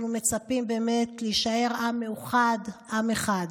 אנחנו מצפים להישאר עם מאוחד, עם אחד.